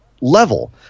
level